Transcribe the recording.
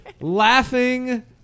Laughing